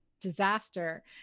disaster